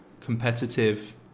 competitive